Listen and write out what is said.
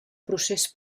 procés